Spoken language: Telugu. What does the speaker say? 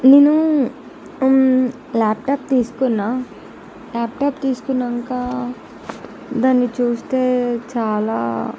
నేను లాప్టాప్ తీసుకున్నా లాప్టాప్ తీసుకున్నాంక దాన్ని చూస్తే చాలా